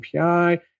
API